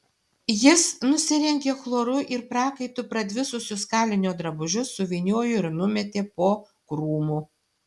jis nusirengė chloru ir prakaitu pradvisusius kalinio drabužius suvyniojo ir numetė po krūmu